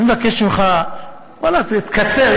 אני מבקש ממך: תקצר,